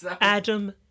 Adam